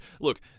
Look